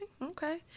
Okay